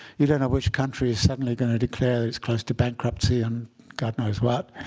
you don't know which country is suddenly going to declare it's close to bankruptcy and god knows what.